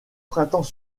printemps